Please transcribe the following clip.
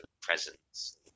presence